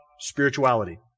Spirituality